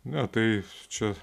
ne tai čia